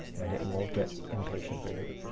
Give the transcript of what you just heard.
and it won't get impatient with you.